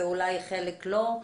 ואולי חלק לא,